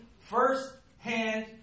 first-hand